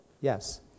Yes